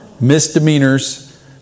Misdemeanors